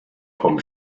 vom